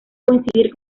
coincidir